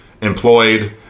employed